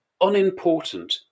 unimportant